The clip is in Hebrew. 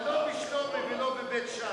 אבל לא בשלומי ולא בבית-שאן.